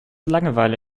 langeweile